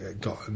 got